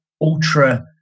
ultra